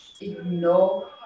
ignore